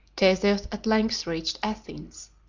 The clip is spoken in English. theseus at length reached athens,